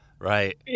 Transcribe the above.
Right